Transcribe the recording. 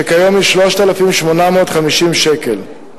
שכיום היא 3,850 שקל.